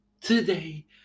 today